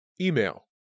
Email